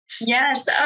Yes